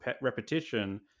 repetition